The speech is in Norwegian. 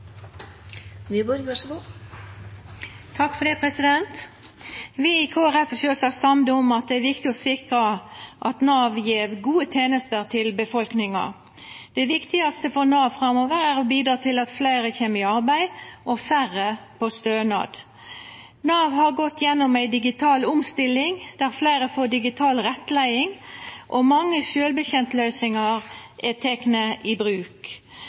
samde i at det er viktig å sikra at Nav gjev gode tenester til befolkninga. Det viktigaste for Nav framover er å bidra til at fleire kjem i arbeid og færre på stønad. Nav har gått igjennom ei digital omstilling, der fleire får digital rettleiing, og mange sjølvbeteningsløysingar er tekne i bruk.